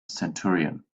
centurion